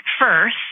first